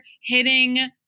hitting